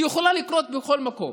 שיכולה לקרות בכל מקום